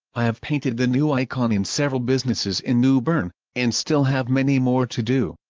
i have painted the new icon in several businesses in new bern, and still have many more to do.